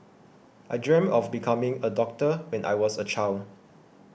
I dreamt of becoming a doctor when I was a child